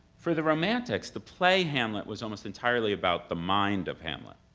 for the romantics, the play hamlet was almost entirely about the mind of hamlet